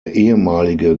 ehemalige